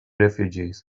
refugees